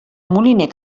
moliner